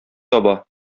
таба